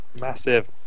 massive